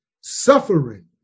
suffering